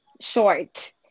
short